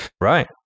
right